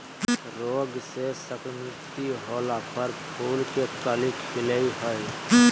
रोग से संक्रमित होला पर फूल के कली खिलई हई